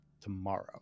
tomorrow